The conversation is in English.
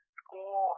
school